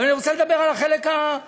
אבל אני רוצה לדבר על החלק הפשוט: